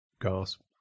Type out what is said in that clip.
gasp